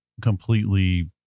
completely